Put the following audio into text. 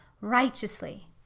righteously